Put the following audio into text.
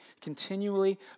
continually